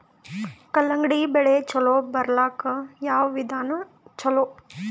ಕಲ್ಲಂಗಡಿ ಬೆಳಿ ಚಲೋ ಬರಲಾಕ ಯಾವ ವಿಧಾನ ಚಲೋ?